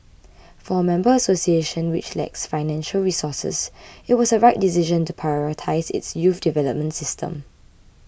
for a member association which lacks financial resources it was a right decision to prioritise its youth development system